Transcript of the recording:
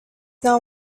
not